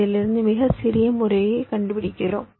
அதிலிருந்து மிகச் சிறிய முறையைக் கண்டுபிடிக்கிறோம்